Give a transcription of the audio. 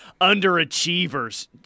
underachievers